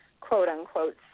quote-unquote